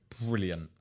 brilliant